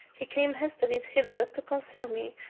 he came hastily hither to conceal me,